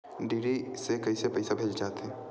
DD से कइसे पईसा भेजे जाथे?